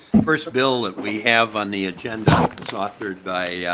first bill we have on the agenda is offered by yeah